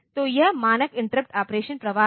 तो यह मानक इंटरप्ट ऑपरेशन प्रवाह है